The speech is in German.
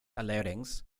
allerdings